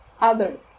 others